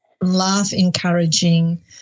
laugh-encouraging